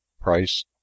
Price